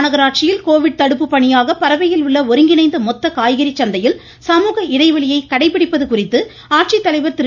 மாநகராட்சியில் கோவிட் தடுப்பு பணியாக பரவையில் உள்ள மதுரை ஒருங்கிணைந்த மொத்த காய்கறி சந்தையில் சமூக இடைவெளியை கடைபிடிப்பது குறித்து ஆட்சித்தலைவர் திரு